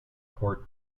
court